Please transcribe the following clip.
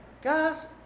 Guys